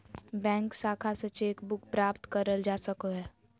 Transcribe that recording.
bank शाखा से cheque book प्राप्त करल जा सको हय